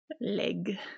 Leg